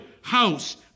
house